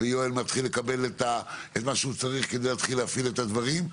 ויואל מתחיל לקבל את מה שהוא צריך כדי להתחיל להפעיל את הדברים,